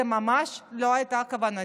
ממש זו לא הייתה כוונתי.